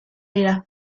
dira